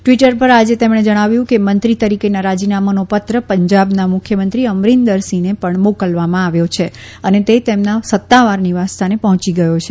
Twitter પર આજે તેમણે જણાવ્યું કે મંત્રી તરીકેના રાજીનામાનો પત્ર પંજાબના મુખ્યમંત્રી અમિરન્દરસિંહને પણ મોકલવામાં આવ્યો છે અને તે તેમના સત્તાવાર નિવાસસ્થાને પર્જોચી ગયો છે